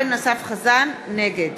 נגד